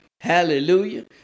Hallelujah